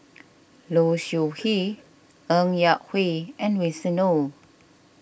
Low Siew Nghee Ng Yak Whee and Winston Oh